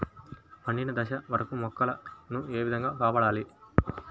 పండిన దశ వరకు మొక్కల ను ఏ విధంగా కాపాడాలి?